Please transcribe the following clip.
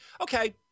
Okay